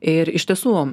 ir iš tiesų